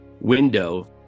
window